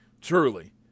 Truly